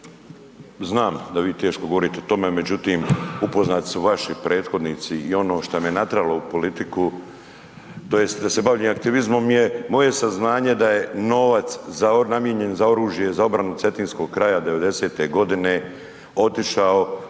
znam da vi teško govorite o tome, međutim upoznati su vaši prethodnici i ono šta me natralo u politiku tj. da se bavim aktivizmom je moje saznanje da je novac namijenjen za oružje za obranu Cetinskog kraja '90.-te godine otišao